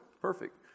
perfect